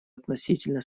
относительно